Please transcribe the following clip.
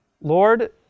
Lord